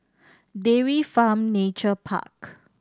Dairy Farm Nature Park